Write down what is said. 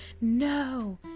No